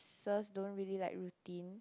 don't really like routine